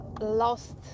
lost